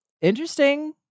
interesting